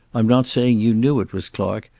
i'm not saying you knew it was clark,